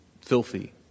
filthy